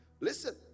Listen